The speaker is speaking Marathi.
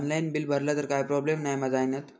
ऑनलाइन बिल भरला तर काय प्रोब्लेम नाय मा जाईनत?